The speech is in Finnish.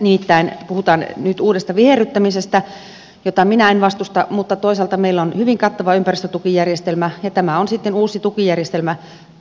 nimittäin nyt puhutaan uudesta viherryttämisestä jota minä en vastusta mutta toisaalta meillä on hyvin kattava ympäristötukijärjestelmä ja tämä on sitten uusi tukijärjestelmä